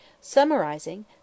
summarizing